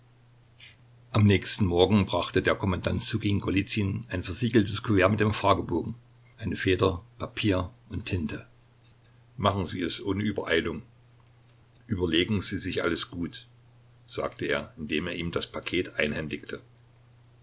am nächsten morgen brachte der kommandant ssukin golizyn ein versiegeltes kuvert mit dem fragebogen eine feder papier und tinte machen sie es ohne übereilung überlegen sie sich alles gut sagte er indem er ihm das paket einhändigte